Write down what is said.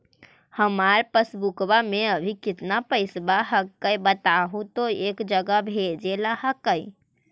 हमार पासबुकवा में अभी कितना पैसावा हक्काई बताहु तो एक जगह भेजेला हक्कई?